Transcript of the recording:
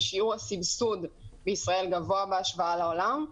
ושיעור הסבסוד בישראל גבוה בהשוואה לעולם.